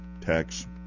tax